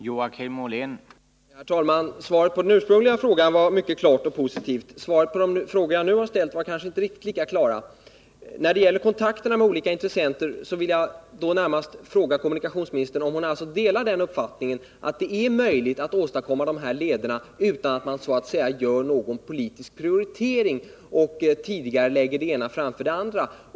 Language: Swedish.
Herr talman! Svaret på den ursprungliga frågan var mycket klart och positivt. Svaren på de frågor jag nu har ställt var kanske inte riktigt lika klara. När det gäller kontakterna med olika intressenter vill jag närmast fråga kommunikationsministern om hon delar uppfattningen att det är möjligt att åstadkomma dessa leder utan att så att säga göra någon politisk prioritering och tidigarelägga den ena leden framför den andra.